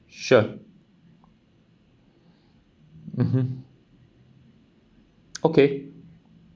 sure mmhmm okay